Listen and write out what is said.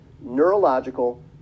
neurological